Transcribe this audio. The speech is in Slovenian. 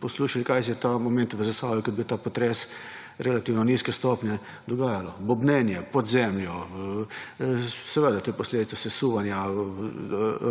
poslušali kaj se ta trenutek v Zasavju, ko je bil ta potres relativno nizke stopnje dogajalo. Bobnenje pod zemljo seveda tudi posledica sesuvanja